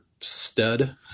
stud